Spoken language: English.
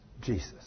Jesus